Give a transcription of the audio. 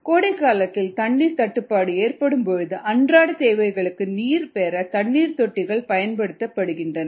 கோடைகாலத்தில் தண்ணீர் தட்டுப்பாடு ஏற்படும்பொழுது அன்றாட தேவைகளுக்கு நீர் பெற தண்ணீர் தொட்டிகள் பயன்படுத்தப்படுகின்றன